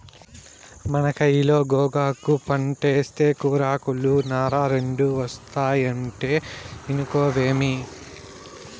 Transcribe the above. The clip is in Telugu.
మన కయిలో గోగాకు పంటేస్తే కూరాకులు, నార రెండూ ఒస్తాయంటే ఇనుకోవేమి